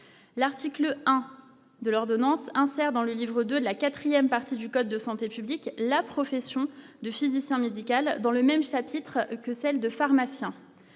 l'article 1 de l'ordonnance insère dans le livre de la 4ème partie du code de santé publique, la profession de physicien médical dans le même chapitre que celle de pharmaciens